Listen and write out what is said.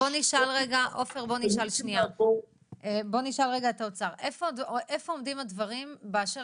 בוא נשאל רגע את האוצר איפה עומדים הדברים באשר